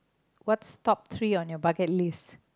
what's top three on your bucket list